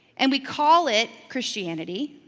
and we call it christianity,